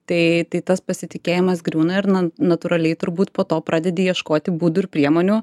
tai tai tas pasitikėjimas griūna ir na natūraliai turbūt po to pradedi ieškoti būdų ir priemonių